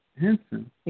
Henson